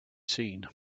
seen